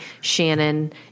Shannon